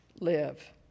live